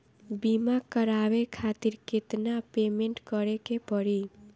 बीमा करावे खातिर केतना पेमेंट करे के पड़ी?